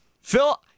Phil